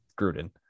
Gruden